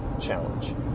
challenge